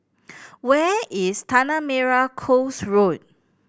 where is Tanah Merah Coast Road